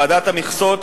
ועדת המכסות,